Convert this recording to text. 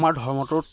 আমাৰ ধৰ্মটোত